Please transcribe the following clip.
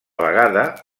vegada